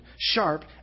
sharp